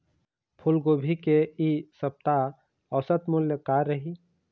फूलगोभी के इ सप्ता औसत मूल्य का रही?